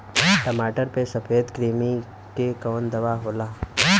टमाटर पे सफेद क्रीमी के कवन दवा होला?